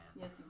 Yes